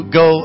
go